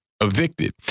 evicted